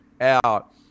out